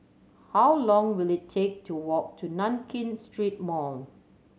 how long will it take to walk to Nankin Street Mall